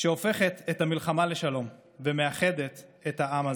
שהופכת את המלחמה לשלום ומאחדת את העם הזה.